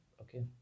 okay